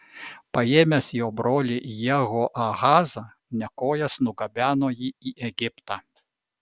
paėmęs jo brolį jehoahazą nekojas nugabeno jį į egiptą